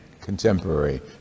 contemporary